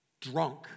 drunk